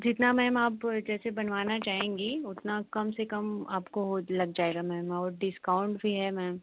जितना मैम आप जैसे बनवाना चाहेंगी उतना कम से कम आपको लग जाएगा मैम और डिस्काउंट भी है मैम